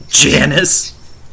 Janice